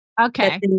Okay